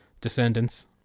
descendants